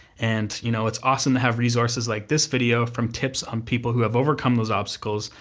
and you know it's awesome to have resources like this video, from tips on people who have overcome those obstacles,